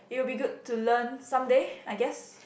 it will be good to learn some day I guess